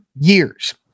years